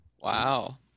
wow